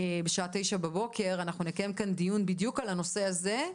בשעה 9 בבוקר נקיים כאן דיון בדיוק על הנושא הזה,